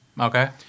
okay